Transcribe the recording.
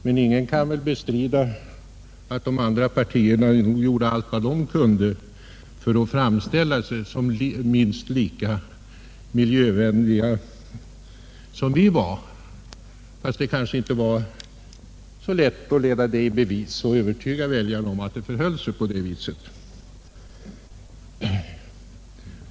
Men ingen kan bestrida att de andra partierna gjorde allt de kunde för att framställa sig som minst lika miljövänliga som vi — fastän det kanske inte var så lätt att leda det i bevis och övertyga väljarna om att så var fallet.